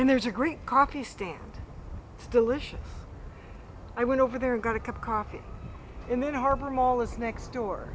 and there's a great coffee stand delicious i went over there got a cup of coffee in the harbor mall is next door